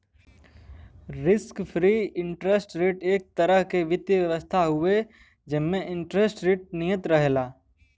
risk free interest rate एक तरह क वित्तीय व्यवस्था हउवे जेमन इंटरेस्ट रेट नियत रहला